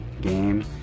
game